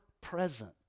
present